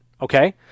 okay